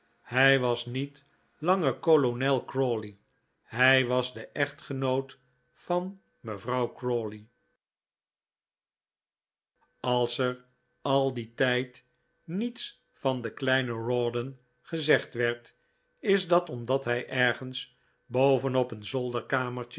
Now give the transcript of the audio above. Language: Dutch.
hij was niet langer kolonel crawley hij was de echtgenoot van mevrouw crawley als er al dien tijd niets van den kleinen rawdon gezegd werd is dat omdat hij ergens boven op een